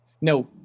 No